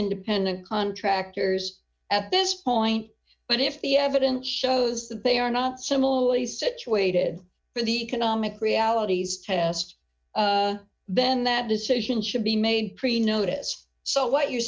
independent contractors at this point but if the evidence shows that they are not similarly situated for the economic realities ringback test then that decision should be made pretty notice so what you're